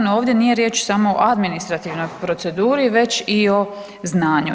No ovdje nije riječ samo o administrativnoj proceduri već i o znanju.